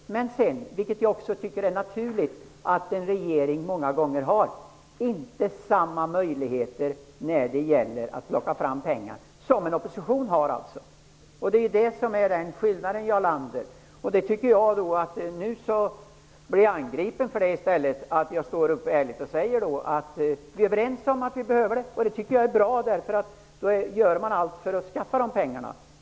Men en regering har många gånger inte samma möjligheter att plocka fram pengar som oppositionen, vilket jag tycker är naturligt. Detta är skillnaden, Jarl Men nu blir jag alltså angripen för att jag ärligt står upp och säger att vi är överens om att detta är något som behövs. Jag tycker att det är bra att vi är överens, därför att då görs allt för att skaffa fram pengarna.